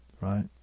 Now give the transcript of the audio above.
right